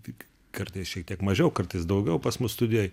tik kartais šiek tiek mažiau kartais daugiau pas mus studijoj